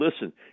listen